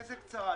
איזה קצרה?